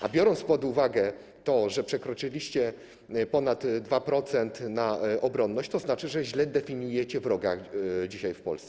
A biorąc pod uwagę to, że przekroczyliście ponad 2% na obronność, to znaczy, że źle definiujecie dzisiaj wroga w Polsce.